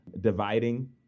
dividing